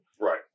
Right